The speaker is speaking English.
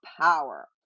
power